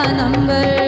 number